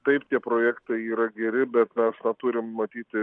taip tie projektai yra geri bet mes na turim matyti